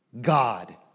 God